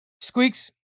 Squeaks